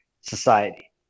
society